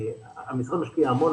המשרד משקיע המון.